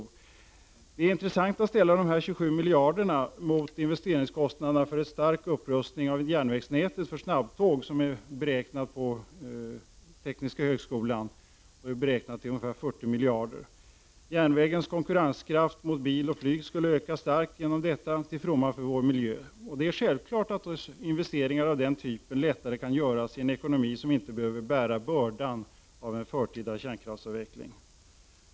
Det är intressant att ställa de 27 miljarderna mot investeringskostnaderna för en stark upprustning av järnvägsnätet för snabbtåg som är beräknad av Tekniska högskolan till ca 40 miljarder. Järnvägens konkurrenskraft mot bil och flyg skulle öka starkt genom detta till fromma för vår miljö. Det är självklart att investeringar av den typen lättare kan göras i en ekonomi som inte behöver bära bördan av en förtida kärnkraftsavveckling.